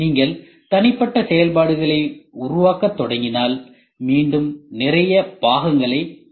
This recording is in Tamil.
நீங்கள் தனிப்பட்ட செயல்பாடுகளை உருவாக்கத் தொடங்கினால் மீண்டும் நிறைய பாகங்களை கொண்டிருப்பீர்கள்